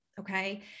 Okay